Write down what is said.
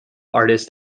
artist